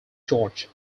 george